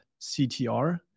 CTR